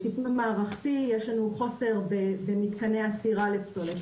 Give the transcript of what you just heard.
יש לנו חוסר במתקני אצירה לפסולת,